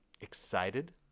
excited